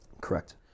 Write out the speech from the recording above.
Correct